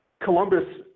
Columbus